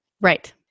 Right